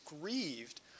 grieved